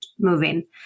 moving